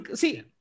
See